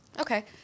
Okay